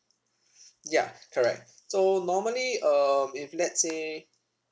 ya correct so normally um if let's say